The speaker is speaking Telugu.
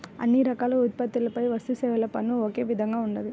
అన్ని రకాల ఉత్పత్తులపై వస్తుసేవల పన్ను ఒకే విధంగా ఉండదు